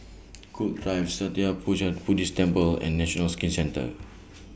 Gul Drive Sattha Puchaniyaram Buddhist Temple and National Skin Centre